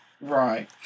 Right